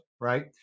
right